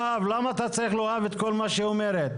למה אתה צריך לאהוב את כל מה שהיא אומרת?